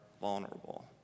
vulnerable